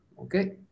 Okay